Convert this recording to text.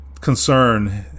concern